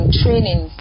training